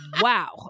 Wow